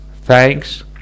Thanks